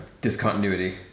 discontinuity